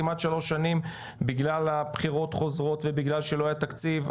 כמעט שלוש שנים בגלל הבחירות החוזרות ובגלל שלא היה תקציב,